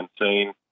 insane